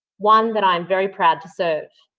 one that i am very proud to serve.